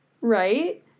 right